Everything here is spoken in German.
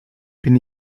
bin